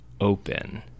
open